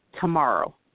tomorrow